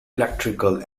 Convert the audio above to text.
electrical